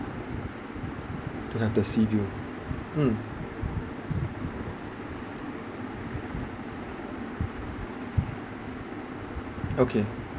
to have the sea view mm okay